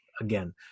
again